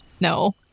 No